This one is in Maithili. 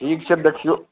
ठीक छै देखिऔ